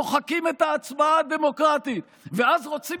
מוחקים את ההצבעה הדמוקרטית ואז רוצים